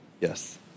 Yes